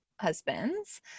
husbands